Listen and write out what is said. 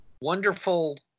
wonderful